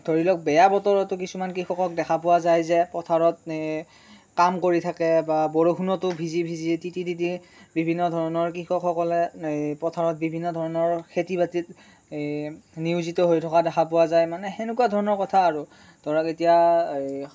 ধৰি লওক বেয়া বতৰতো কিছুমান কৃষকক দেখা পোৱা যায় যে পথাৰত কাম কৰি থাকে বা বৰষুণতো ভিজি ভিজি তিতি তিতি বিভিন্ন ধৰণৰ কৃষকসকলে পথাৰত বিভিন্ন ধৰণৰ খেতি বাতিত নিয়োজিত হৈ থকা দেখা পোৱা যায় মানে সেনেকুৱা ধৰণৰ কথা আৰু ধৰক এতিয়া